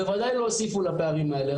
בוודאי לא הוסיפו לפערים האלה,